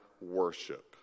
worship